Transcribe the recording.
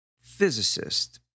physicist